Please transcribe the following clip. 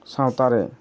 ᱥᱟᱶᱛᱟ ᱨᱮ